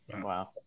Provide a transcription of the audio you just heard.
Wow